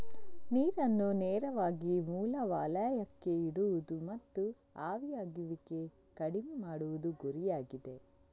ನೀರನ್ನು ನೇರವಾಗಿ ಮೂಲ ವಲಯಕ್ಕೆ ಇಡುವುದು ಮತ್ತು ಆವಿಯಾಗುವಿಕೆ ಕಡಿಮೆ ಮಾಡುವುದು ಗುರಿಯಾಗಿದೆ